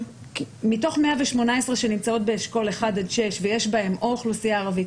מתוך 118 שנמצאות באשכול 1 עד 6 ויש בהם או אוכלוסייה ערבית